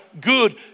good